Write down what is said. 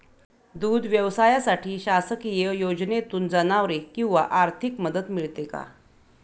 दूध व्यवसायासाठी शासकीय योजनेतून जनावरे किंवा आर्थिक मदत मिळते का?